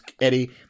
Eddie